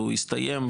הוא הסתיים,